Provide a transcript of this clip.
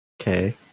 Okay